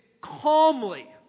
calmly